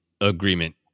agreement